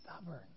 stubborn